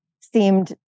seemed